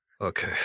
Okay